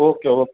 okay okay